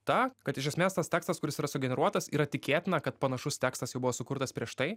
ta kad iš esmės tas tekstas kuris yra sugeneruotas yra tikėtina kad panašus tekstas jau buvo sukurtas prieš tai